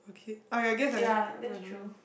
a kid oh you guess I I don't know